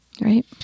Right